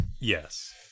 Yes